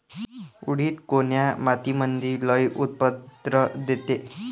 उडीद कोन्या मातीमंदी लई उत्पन्न देते?